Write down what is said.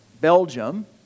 Belgium